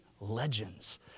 legends